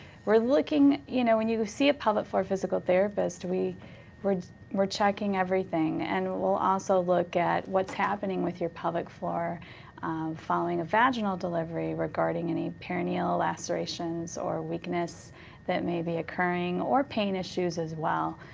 we're looking, you know, when you see a pelvic floor physical therapist, we're we're checking everything, and we'll also look at what's happening with your pelvic floor following a vaginal delivery regarding any perineal lacerations or weakness that may be occurring or pain issues as well.